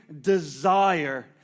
desire